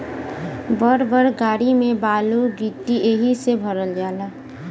बड़ बड़ गाड़ी में बालू गिट्टी एहि से भरल जाला